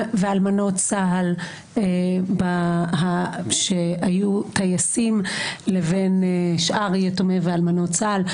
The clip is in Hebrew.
ואלמנות צה"ל שהיו טייסים לבין שאר יתומי ואלמנות צה"ל.